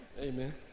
Amen